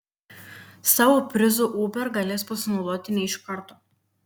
savo prizu uber galės pasinaudoti ne iš karto